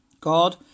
God